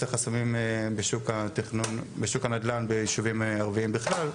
חסמים בשוק הנדל"ן ביישובים ערביים בכלל,